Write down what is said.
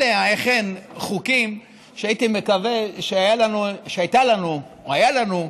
אלה אכן חוקים שהייתי מקווה שהייתה לנו או היה לנו,